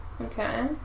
Okay